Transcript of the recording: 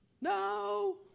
No